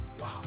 wow